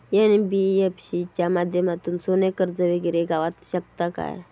NBFC च्या माध्यमातून सोने कर्ज वगैरे गावात शकता काय?